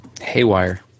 Haywire